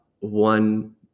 one